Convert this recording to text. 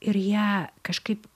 ir ją kažkaip